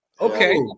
Okay